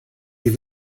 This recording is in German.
die